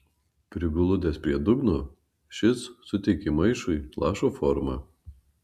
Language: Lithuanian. prigludęs prie dugno šis suteikė maišui lašo formą